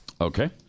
okay